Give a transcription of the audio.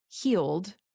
healed